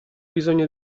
bisogno